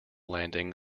landing